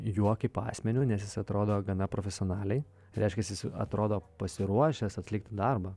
juo kaip asmeniu nes jis atrodo gana profesionaliai reiškias jis atrodo pasiruošęs atlikti darbą